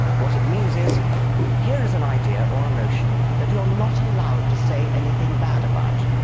what it means is here is an idea or a notion that you're not allowed to say anything bad about.